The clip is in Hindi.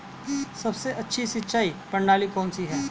सबसे अच्छी सिंचाई प्रणाली कौन सी है?